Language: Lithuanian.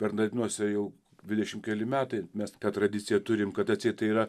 bernardinuose jau dvidešim keli metai mes tą tradiciją turim kad atseit tai yra